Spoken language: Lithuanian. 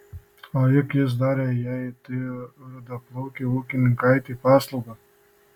o juk jis darė jai tai rudaplaukei ūkininkaitei paslaugą